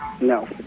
No